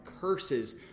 curses